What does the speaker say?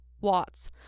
watts